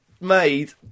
made